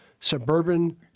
suburban